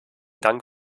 dank